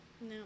No